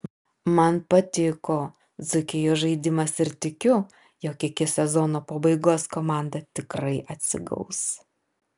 man patiko dzūkijos žaidimas ir tikiu jog iki sezono pabaigos komanda tikrai atsigaus